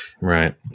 Right